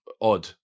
odd